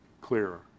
clearer